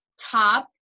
top